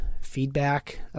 Feedback